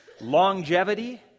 longevity